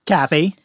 Kathy